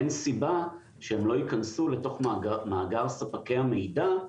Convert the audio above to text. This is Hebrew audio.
אין סיבה שהם לא יכנסו לתוך מאגר ספקי המידע.